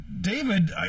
David